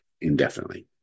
indefinitely